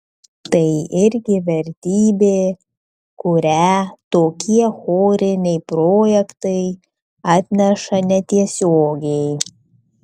tai irgi vertybė kurią tokie choriniai projektai atneša netiesiogiai